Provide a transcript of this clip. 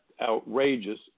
outrageous